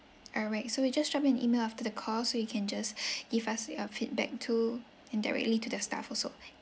all right so we just drop you an email after the call so you can just give us your feedback to and directly to the staff also